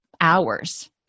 hours